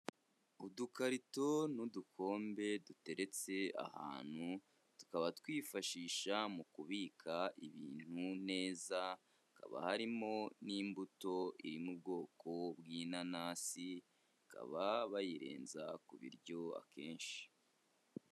Udukarito n'udukombe duteretse ahantu tukaba twifashisha mu kubika ibintu neza hakaba harimo n'imbuto iri mu bwoko bw'inanasi ikaba bayirenza ku biryo akenshi.